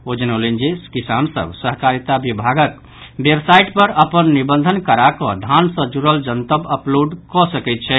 ओ जनौलनि जे किसान सभ सहकारिता विभागक वेबसाइट पर अपन निबंधन करा कऽ धान सँ जुड़ल जनतब अपलोड कऽ सकैत छथि